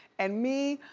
and me,